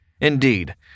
Indeed